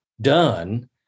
done